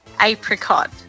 apricot